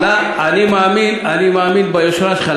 אני מאמין ביושרה שלך.